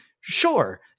sure